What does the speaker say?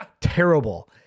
terrible